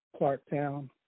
Clarktown